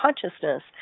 consciousness